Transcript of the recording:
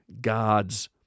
gods